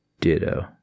Ditto